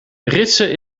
ritsen